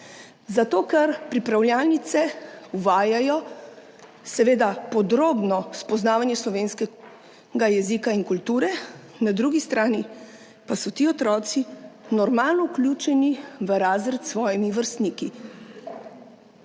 Zato ker pripravljalnice uvajajo seveda podrobno spoznavanje slovenskega jezika in kulture, na drugi strani pa so ti otroci normalno vključeni v razred s svojimi vrstniki.